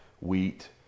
wheat